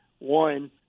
One